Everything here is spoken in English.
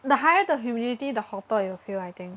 the higher the humidity the hotter you will feel I think